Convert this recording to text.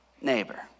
Neighbor